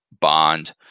bond